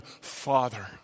Father